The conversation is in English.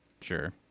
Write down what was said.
Sure